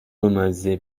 بامزه